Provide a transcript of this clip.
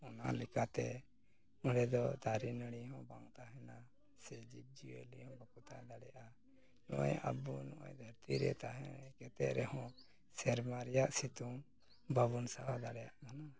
ᱚᱱᱟ ᱞᱮᱠᱟᱛᱮ ᱱᱚᱰᱮ ᱫᱚ ᱫᱟᱨᱮᱼᱱᱟᱹᱲᱤ ᱵᱟᱝ ᱛᱟᱦᱮᱱᱟ ᱥᱮ ᱤᱵᱽᱼᱡᱤᱭᱟᱹᱞᱤ ᱦᱚᱸ ᱵᱟᱠᱚ ᱛᱟᱦᱮᱸ ᱫᱟᱲᱮᱭᱟᱜᱼᱟ ᱱᱚᱜᱼᱚᱸᱭ ᱟᱵᱚ ᱫᱷᱟᱹᱨᱛᱤ ᱨᱮ ᱛᱟᱦᱮᱸ ᱠᱟᱛᱮᱫ ᱨᱮᱦᱚᱸ ᱥᱮᱨᱢᱟ ᱨᱮᱭᱟᱜ ᱥᱤᱛᱩᱝ ᱵᱟᱵᱚᱱ ᱥᱟᱦᱟᱣ ᱫᱟᱲᱮᱭᱟᱜ ᱠᱟᱱᱟ